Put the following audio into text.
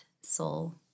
soul